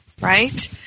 Right